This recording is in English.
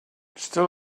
still